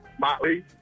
Motley